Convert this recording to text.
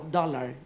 dollar